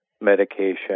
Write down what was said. medication